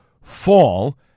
FALL